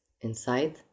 inside